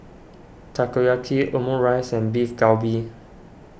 Takoyaki Omurice and Beef Galbi